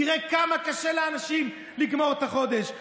תראה כמה קשה לאנשים לגמור את החודש.